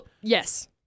yes